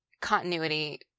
continuity